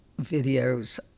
videos